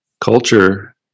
culture